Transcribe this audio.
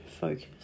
focus